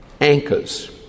anchors